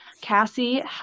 Cassie